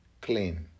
clean